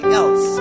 else